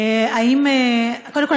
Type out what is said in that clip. קודם כול,